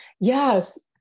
Yes